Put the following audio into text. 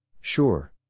Sure